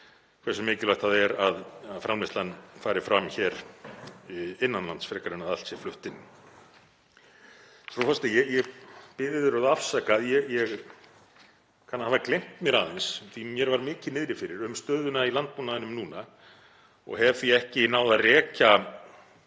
hversu mikilvægt það er að framleiðslan fari fram innan lands frekar en að allt sé flutt inn. Frú forseti. Ég bið yður að afsaka, ég kann að hafa gleymt mér aðeins því mér var mikið niðri fyrir um stöðuna í landbúnaðinum núna og hef því ekki náð að rekja